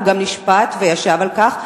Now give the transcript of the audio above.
הוא גם נשפט וישב על כך,